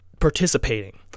participating